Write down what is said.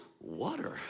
water